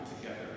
together